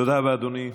תודה רבה, אדוני.